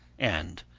and,